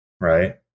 right